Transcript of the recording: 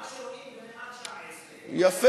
מה שרואים במאה ה-19 לא רואים במאה ה-21.